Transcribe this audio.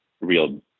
real